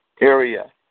area